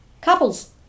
couples